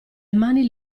mani